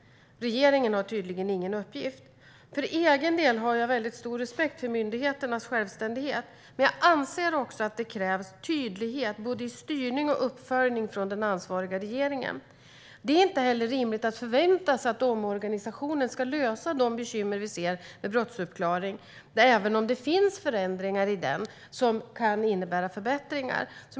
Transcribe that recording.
Regeringen har tydligen ingen uppgift. För egen del har jag väldigt stor respekt för myndigheternas självständighet. Men jag anser också att det krävs tydlighet i både styrning och uppföljning från den ansvariga regeringen. Det inte heller rimligt att förvänta sig att omorganisationen ska lösa de bekymmer vi ser med brottsuppklaring, även om det finns förändringar i den som kan innebära förbättringar.